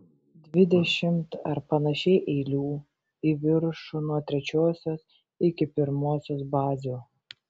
dvidešimt ar panašiai eilių į viršų nuo trečiosios iki pirmosios bazių